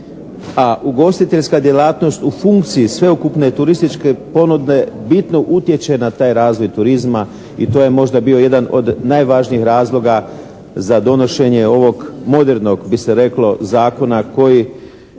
a ugostiteljska djelatnost u funkciji sveukupne turističke ponude bitno utječe na taj razvoj turizma i to je možda bio jedan od najvažnijih razloga za donošenje ovog modernog bi se reklo zakona koji